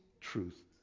truth